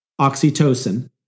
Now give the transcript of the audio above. Oxytocin